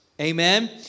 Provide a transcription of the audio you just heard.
amen